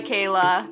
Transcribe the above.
Kayla